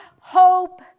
hope